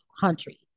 country